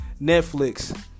Netflix